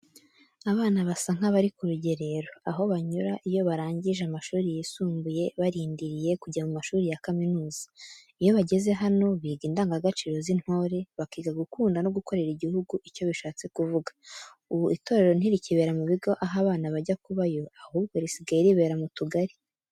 Abana basa nkabari kurugerero aho banyura iyo barangije amashuri yisumbuye barindiriye kujya mu mashuri ya kaminuza, iyo bageze hano biga indanga gaciro z'intore, bakiga gukunda no gukorera igihugu icyo bishatse kuvuga, ubu itorero ntirikibera mubigo aho abana bajya kubayo ahubwo risigaye ribera mu tugari.